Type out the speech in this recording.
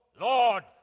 Lord